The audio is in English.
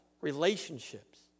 relationships